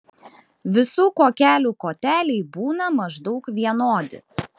visų kuokelių koteliai būna maždaug vienodi